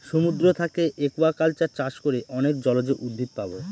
সমুদ্র থাকে একুয়াকালচার চাষ করে অনেক জলজ উদ্ভিদ পাবো